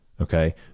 Okay